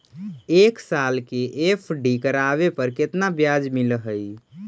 एक साल के एफ.डी करावे पर केतना ब्याज मिलऽ हइ?